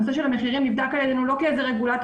הנושא של המחירים נבדק על ידינו לא כאיזה רגולטור